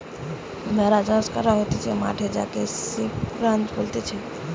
ভেড়া চাষ করা হতিছে মাঠে যাকে সিপ রাঞ্চ বলতিছে